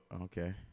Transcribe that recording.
okay